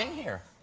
here.